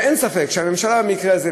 ואין ספק שהממשלה במקרה הזה,